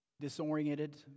disoriented